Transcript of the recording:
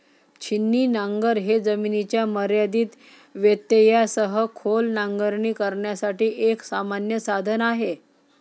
छिन्नी नांगर हे जमिनीच्या मर्यादित व्यत्ययासह खोल नांगरणी करण्यासाठी एक सामान्य साधन आहे